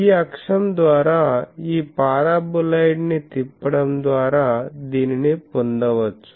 ఈ అక్షం ద్వారా ఈ పారాబొలాయిడ్ ని తిప్పడం ద్వారా దీనిని పొందవచ్చు